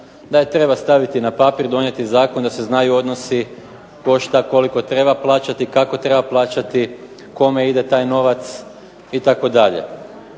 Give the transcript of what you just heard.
da je treba staviti na papir, donijeti zakon da se znaju odnosi ko šta koliko treba plaćati, kako treba plaćati, kome ide taj novac itd.